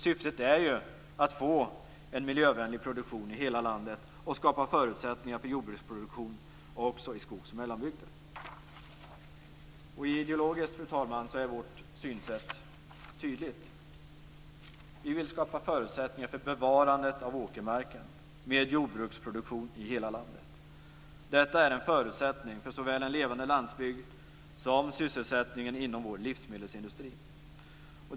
Syftet är ju att få en miljövänlig produktion i hela landet och skapa förutsättningar för jordbruksproduktion också i skogs och mellanbygder. Fru talman! Ideologiskt är vårt synsätt tydligt. Vi vill skapa förutsättningar för bevarandet av åkermarken med jordbruksproduktion i hela landet. Detta är en förutsättning för såväl en levande landsbygd som sysselsättningen inom vår livsmedelsindustri.